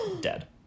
dead